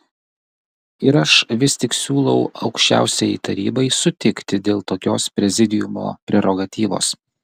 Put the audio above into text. ir aš vis tik siūlau aukščiausiajai tarybai sutikti dėl tokios prezidiumo prerogatyvos